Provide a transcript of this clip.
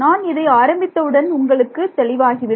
நான் இதை ஆரம்பித்தவுடன் உங்களுக்கு தெளிவாகிவிடும்